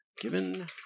Given